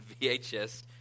VHS